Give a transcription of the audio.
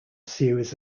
series